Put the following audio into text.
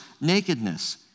nakedness